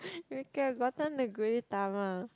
we could have gotten the Gudetama